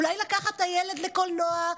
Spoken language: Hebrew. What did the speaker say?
אולי לקחת את הילד לקולנוע,